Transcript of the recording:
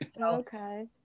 Okay